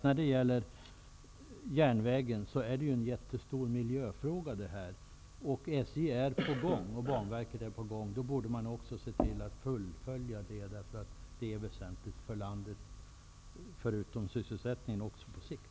Vidare är järnvägen en mycket stor miljöfråga. SJ och Banverket är på gång här. Då borde man också se till att fullfölja det hela, därför att det är väsentligt för landet -- inte bara med tanke på sysselsättningen utan också på sikt.